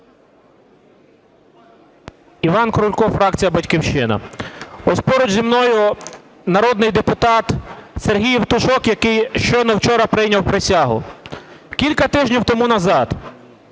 Іван Крулько, фракція "Батьківщина". Ось поруч зі мною народний депутат Сергій Євтушок, який щойно вчора прийняв присягу. Кілька тижнів тому назад